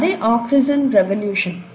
అదే oxygen revolution